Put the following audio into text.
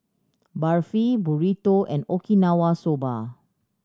Barfi Burrito and Okinawa Soba